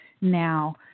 now